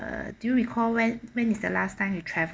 uh do recall when when is the last time you travel